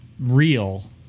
Real